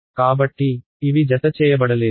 కాబట్టి ఇవి జతచేయబడలేదు